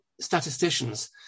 statisticians